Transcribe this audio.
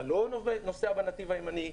אתה לא נוסע בנתיב הימני,